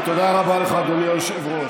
תודה רבה לך, אדוני היושב-ראש.